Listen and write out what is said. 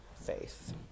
faith